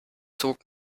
zog